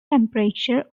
temperature